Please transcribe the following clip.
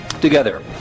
Together